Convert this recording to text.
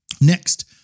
Next